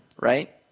right